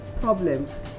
problems